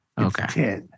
Okay